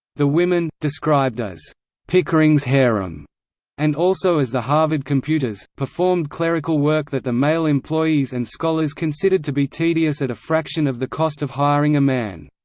the women, described as pickering's harem and also as the harvard computers, performed clerical work that the male employees and scholars considered to be tedious at a fraction of the cost of hiring a man.